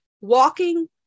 Walking